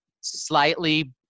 slightly